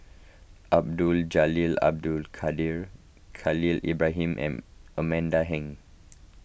Abdul Jalil Abdul Kadir Khalil Ibrahim and Amanda Heng